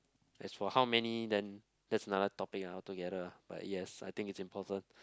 as for how many then that's another topic ah altogether ah but yes I think it's important